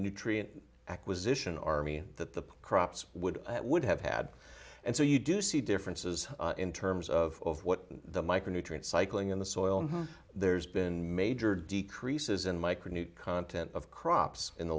nutrient acquisition army that the crops would would have had and so you do see differences in terms of what the micronutrients cycling in the soil there's been major decreases in micro new content of crops in the